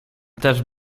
też